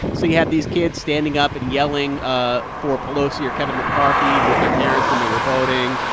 so you had these kids standing up and yelling ah for pelosi or kevin mccarthy with their parents when they were voting.